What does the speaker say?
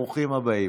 ברוכים הבאים.